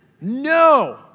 No